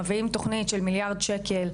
מביאים תוכנית של מיליארד שקל,